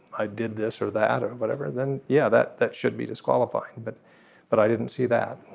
i did this or that or whatever then yeah that that should be disqualifying. but but i didn't see that.